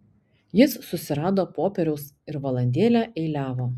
jis susirado popieriaus ir valandėlę eiliavo